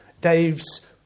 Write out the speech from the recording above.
Dave's